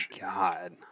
god